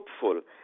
hopeful